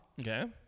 Okay